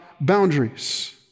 boundaries